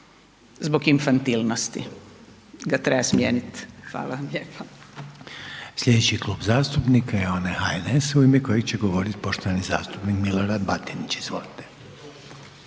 zbog infantilnosti ga treba smijeniti. Hvala vam lijepa. **Reiner, Željko (HDZ)** Sljedeći klub zastupnika je onaj HNS-a u ime kojeg će govoriti poštovani zastupnik Milorad Batinić, izvolite.